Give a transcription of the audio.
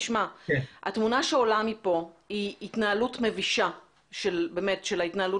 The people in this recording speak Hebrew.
התמונה שעולה מפה היא התנהלות מבישה של ההתנהלות